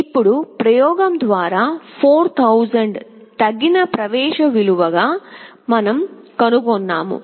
ఇప్పుడు ప్రయోగం ద్వారా 4000 తగిన ప్రవేశ విలువ గా మనం కనుగొన్నాము